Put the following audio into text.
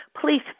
Please